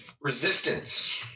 resistance